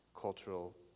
cultural